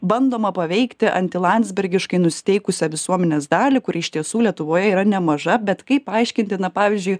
bandoma paveikti antilandsbergiškai nusiteikusią visuomenės dalį kuri iš tiesų lietuvoje yra nemaža bet kaip paaiškinti na pavyzdžiui